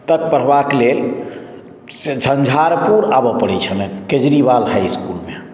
तक पढ़वा के लेल से झंझारपुर आबऽ परै छलनि केजरीवाल हाइसकुल मे